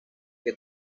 que